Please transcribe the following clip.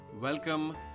Welcome